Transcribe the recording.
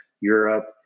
Europe